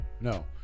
No